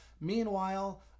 Meanwhile